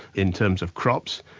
in terms of crops,